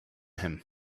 him